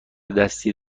دستی